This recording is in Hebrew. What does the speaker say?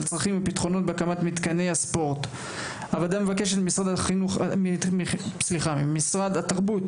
צרכים בהקמת מתקני הספורט הוועדה מבקשת ממשרד התרבות